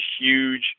huge